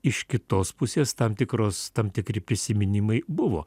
iš kitos pusės tam tikros tam tikri prisiminimai buvo